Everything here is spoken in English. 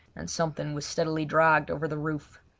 and something was steadily dragged over the roof.